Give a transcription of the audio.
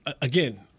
again